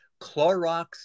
Clorox